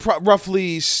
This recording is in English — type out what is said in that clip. roughly